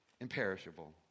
imperishable